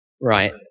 right